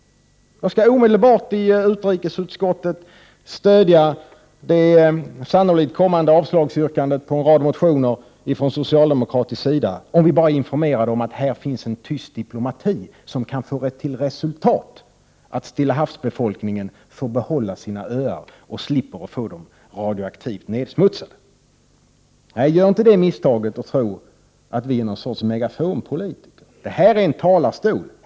Jag skall omedelbart i utrikesutskottet stödja det sannolikt kommande avslagsyrkandet på en rad motioner från socialdemokratisk sida, om vi bara är informerade om att här pågår en tyst diplomati, som kanske får till resultat att Stillahavsöarnas befolkning får behålla sina öar och slipper att få dem radioaktivt nedsmutsade. Gör inte misstaget att tro att jag är någon sorts megafonpolitiker! Det här är en talarstol.